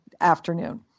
afternoon